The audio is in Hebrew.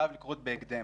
וחייב לקרות בהקדם.